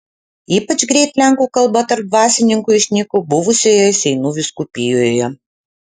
ypač greit lenkų kalba tarp dvasininkų išnyko buvusioje seinų vyskupijoje